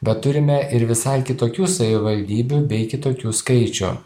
bet turime ir visai kitokių savivaldybių bei kitokių skaičių